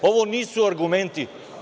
Ovo nisu argumenti.